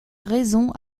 raison